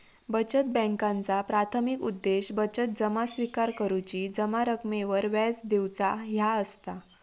बचत बॅन्कांचा प्राथमिक उद्देश बचत जमा स्विकार करुची, जमा रकमेवर व्याज देऊचा ह्या असता